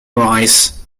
rise